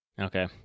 Okay